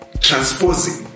transposing